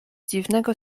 dziwnego